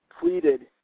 pleaded